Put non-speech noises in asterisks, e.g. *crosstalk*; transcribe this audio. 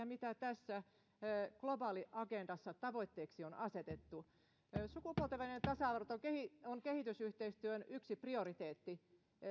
*unintelligible* mitä tässä globaaliagendassa tavoitteeksi on asetettu sukupuolten välinen tasa arvo on kehitysyhteistyön yksi prioriteetti